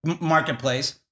marketplace